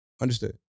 understood